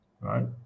right